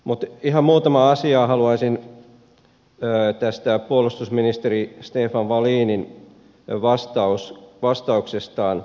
mutta ihan muutaman asian haluaisin tästä puolustusministeri stefan wallinin vastauksesta ottaa esille